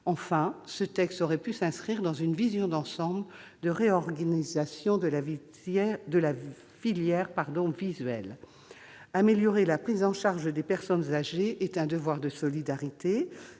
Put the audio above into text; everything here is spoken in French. Enfin, ce texte aurait pu s'inscrire dans une vision d'ensemble de réorganisation de la filière visuelle. Améliorer la prise en charge des personnes âgées est un devoir de solidarité.